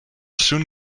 soon